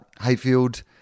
Hayfield